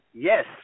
Yes